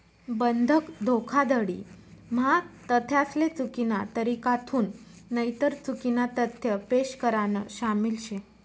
बंधक धोखाधडी म्हा तथ्यासले चुकीना तरीकाथून नईतर चुकीना तथ्य पेश करान शामिल शे